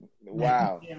Wow